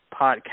podcast